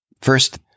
First